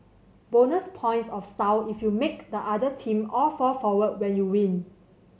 bonus points of style if you make the other team all fall forward when you win